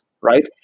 right